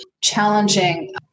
challenging